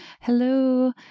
hello